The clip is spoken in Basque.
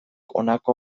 honako